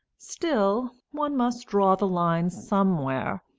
still, one must draw the line somewhere,